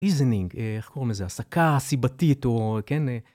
ריזנינג, איך קוראים לזה, הסקה סיבתית, או כן...